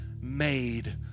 made